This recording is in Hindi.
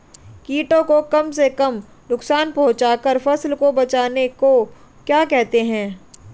कीटों को कम से कम नुकसान पहुंचा कर फसल को बचाने को क्या कहते हैं?